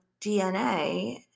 DNA